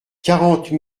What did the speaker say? quarante